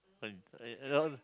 that one